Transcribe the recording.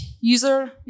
user